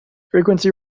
frequency